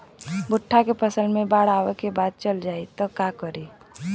भुट्टा के फसल मे बाढ़ आवा के बाद चल जाई त का करी?